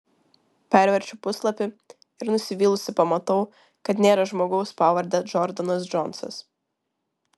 perverčiu puslapį ir nusivylusi pamatau kad nėra žmogaus pavarde džordanas džonsas